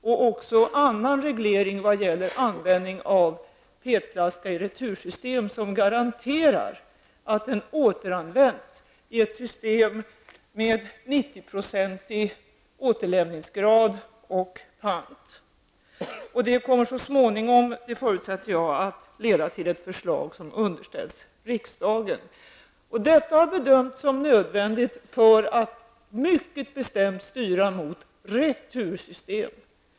Det gäller även annan reglering i fråga om användning av PET-flaskan i ett retursystem som garanterar att den återanvänds, eftersom det rör sig om ett system med 90-procentig återlämningsgrad och pant. Jag förutsätter att detta så småningom kommer att leda till ett förslag som underställs riksdagen. Detta har bedömts som nödvändigt för att göra det möjligt att mycket bestämt styra mot rätt retursystem.